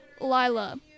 Lila